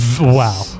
Wow